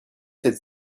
cette